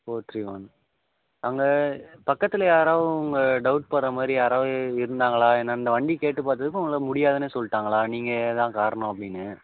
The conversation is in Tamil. ஃபோர் த்ரீ ஒன் அங்கே பக்கத்தில் யாராவது உங்க டௌட் படுற மாதிரி யாராவது இருந்தாங்களா என்னென்னு வண்டி கேட்டு பார்த்தத்துக்கு அவங்களால் முடியாதுன்னே சொல்லிட்டாங்களா நீங்கள் தான் காரணம் அப்படின்னு